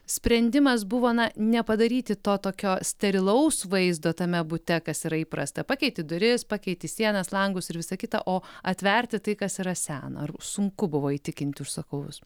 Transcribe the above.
sprendimas buvo na nepadaryti to tokio sterilaus vaizdo tame bute kas yra įprasta pakeiti duris pakeiti sienas langus ir visa kita o atverti tai kas yra seno ar sunku buvo įtikinti užsakovus